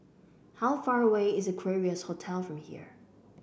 how far away is Equarius Hotel from here